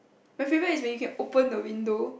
my favourite is when you can open the window